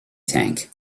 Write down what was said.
tank